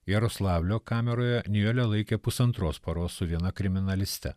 jaroslavlio kameroje nijolę laikė pusantros paros su viena kriminaliste